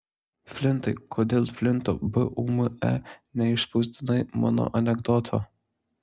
flintai kodėl flinto bume neišspausdinai mano anekdoto